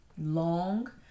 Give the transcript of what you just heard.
long